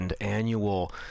Annual